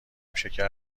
شکر